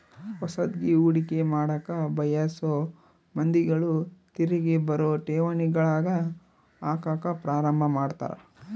ಹೊಸದ್ಗಿ ಹೂಡಿಕೆ ಮಾಡಕ ಬಯಸೊ ಮಂದಿಗಳು ತಿರಿಗಿ ಬರೊ ಠೇವಣಿಗಳಗ ಹಾಕಕ ಪ್ರಾರಂಭ ಮಾಡ್ತರ